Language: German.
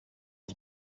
die